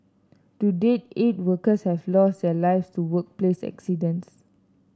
to date eight workers have lost their lives to workplace accidents